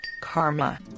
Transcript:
Karma